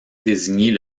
désigner